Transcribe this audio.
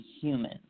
human